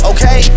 Okay